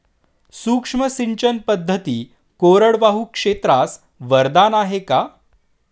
सूक्ष्म सिंचन पद्धती कोरडवाहू क्षेत्रास वरदान आहे का?